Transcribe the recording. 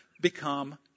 become